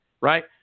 right